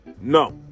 No